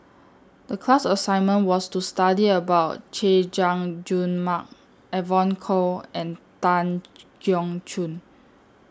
The class assignment was to study about Chay Jung Jun Mark Evon Kow and Tan Keong Choon